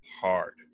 hard